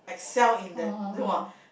oh